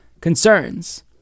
concerns